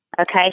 Okay